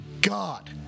god